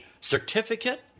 Certificate